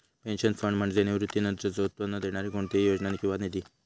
pension fund म्हणजे निवृत्तीनंतरचो उत्पन्न देणारी कोणतीही योजना किंवा निधी